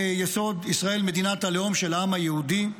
חוק-יסוד: ישראל, מדינת הלאום של העם היהודי,